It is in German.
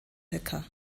höcker